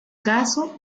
caso